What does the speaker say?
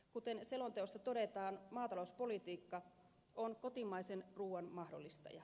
kuten selonteossa todetaan maatalouspolitiikka on kotimaisen ruuan mahdollistaja